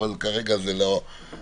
אבל כרגע זה לא העניין.